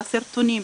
בסרטונים,